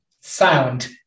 Sound